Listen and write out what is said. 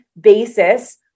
basis